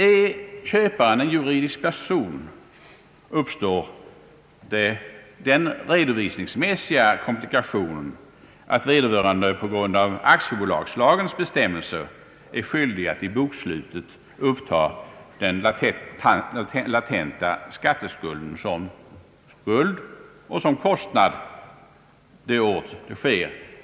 Är köparen en juridisk person uppstår den redovisningsmässiga komplikationen att vederbörande på grund av aktiebolagslagens bestämmelser är skyldig att i bokslutet uppta den latenta skatteskulden som kostnad det år den göres.